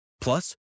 Plus